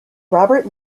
robert